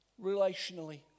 relationally